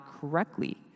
correctly